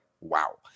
wow